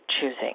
choosing